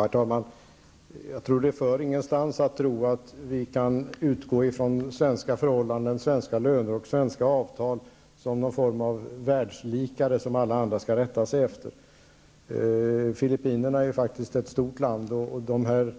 Herr talman! Det för ingenstans att tro att vi kan utgå från svenska förhållanden, svenska löner och svenska avtal som någon form av världslikare, som alla andra skall rätta sig efter. Filippinerna är ett stort land, och det